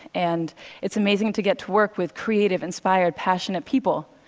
and it's amazing to get to work with creative, inspired, passionate people.